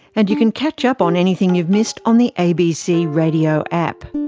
and you can catch up on anything you've missed on the abc radio app.